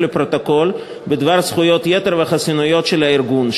לפרוטוקול בדבר זכויות יתר וחסינויות של הארגון,